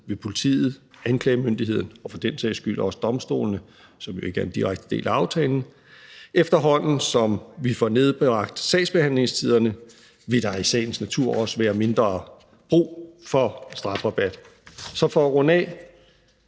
ved politiet, anklagemyndigheden og for den sags skyld også domstolene, som jo ikke er en direkte del af aftalen. Efterhånden som vi får nedbragt sagsbehandlingstiderne, vil der i sagens natur også være mindre brug for strafrabat. Så for at runde af: